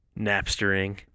Napstering